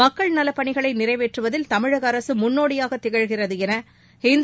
மக்கள் நலப்பணிகளை நிறைவேற்றுவதில் தமிழக அரசு முன்னோடியாக திகழ்கிறது என இந்து